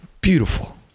beautiful